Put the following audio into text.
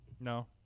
No